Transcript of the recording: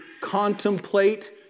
contemplate